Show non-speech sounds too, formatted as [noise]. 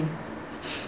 [breath]